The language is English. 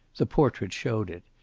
the portrait showed it.